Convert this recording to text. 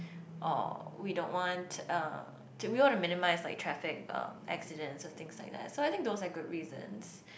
orh we don't want to uh we wanna minimize like traffic uh accidents stuff and things like that so I think those are good reasons